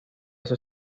ese